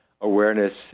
Awareness